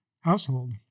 household